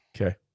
Okay